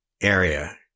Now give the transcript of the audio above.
area